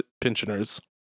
pensioners